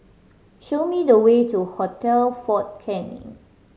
show me the way to Hotel Fort Canning